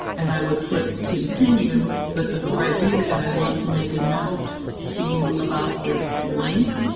and i would click continue, but before i do that, i want to make a note to you about this link,